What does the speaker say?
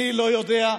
אני לא יודע.